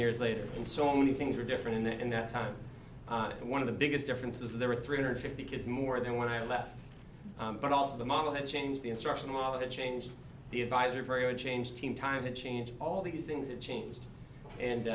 years later and so many things were different in the in that time one of the biggest differences there were three hundred and fifty kids more than when i left but also the model that changed the instruction all that changed the advisor very changed team time to change all these things it changed and